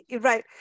Right